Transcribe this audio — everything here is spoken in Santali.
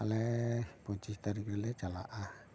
ᱟᱞᱮ ᱯᱚᱪᱤᱥ ᱛᱟᱹᱨᱤᱠᱷ ᱨᱮᱞᱮ ᱪᱟᱞᱟᱜᱼᱟ